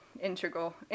integral